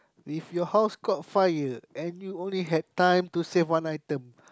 if your house caught fire and you only had time to save one item